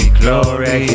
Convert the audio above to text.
glory